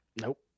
Nope